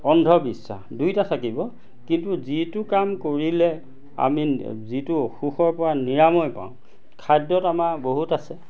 অন্ধবিশ্বাস দুইটা থাকিব কিন্তু যিটো কাম কৰিলে আমি যিটো অসুখৰ পৰা নিৰাময় পাওঁ খাদ্যত আমাৰ বহুত আছে